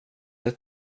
ett